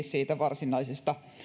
siitä varsinaisesta